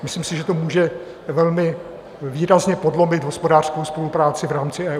Myslím si, že to může velmi výrazně podlomit hospodářskou spolupráci v rámci EU.